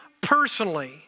personally